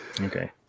Okay